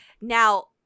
Now